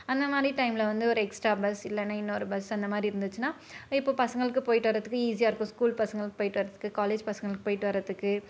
அந்தமாதிரி டைம்மில் வந்து ஒரு எக்ஸ்ட்ரா பஸ் இல்லைன்னா இன்னொரு பஸ் அந்தமாதிரி இருந்துச்சுனா இப்போ பசங்களுக்குப் போயிட்டு வர்றதுக்கு ஈசியாக இருக்கும் ஸ்கூல் பசங்களுக்குப் போயிட்டு வர்றதுக்கு காலேஜ் பசங்களுக்குப் போயிட்டு வர்றதுக்கு